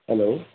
hello